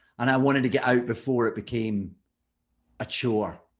and i wanted to get out before it became a chore,